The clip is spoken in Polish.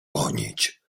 gonić